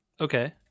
Okay